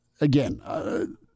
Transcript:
again